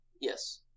yes